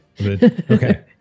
Okay